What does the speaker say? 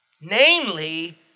namely